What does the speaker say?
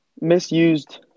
Misused